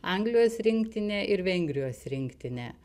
anglijos rinktinė ir vengrijos rinktinė